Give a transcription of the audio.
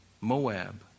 Moab